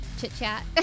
chit-chat